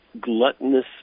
gluttonous